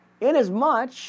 inasmuch